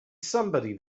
somebody